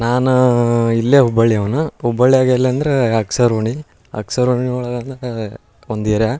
ನಾನು ಇಲ್ಲೇ ಹುಬ್ಬಳ್ಳಿಯವನು ಹುಬ್ಬಳ್ಯಾಗ ಎಲ್ಲಂದ್ರೆ ಅಗ್ಸರ ಓಣಿ ಅಗ್ಸರ ಓಣಿ ಒಳಗೆ ಒಂದು ಏರ್ಯಾ